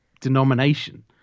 denomination